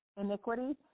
iniquity